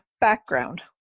background